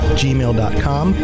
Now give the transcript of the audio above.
gmail.com